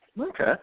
Okay